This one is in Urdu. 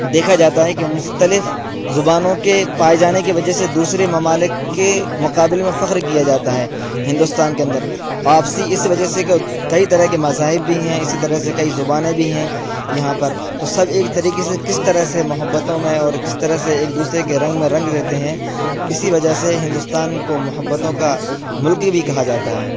دیکھا جاتا ہے کہ مختلف زبانوں کے پائے جانے کی وجہ سے دوسرے ممالک کے مقابل میں فخر کیا جاتا ہے ہندوستان کے اندر آپسی اس وجہ سے کہ کئی طرح کے مذاہب بھی ہیں اسی طرح سے کئی زبانیں بھی ہیں یہاں پر تو سب ایک طریقے سے کس طرح سے محبتوں میں اور کس طرح سے ایک دوسرے کے رنگ میں رنگ دیتے ہیں اسی وجہ سے ہندوستان کو محبتوں کا ملک بھی کہا جاتا ہے